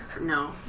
No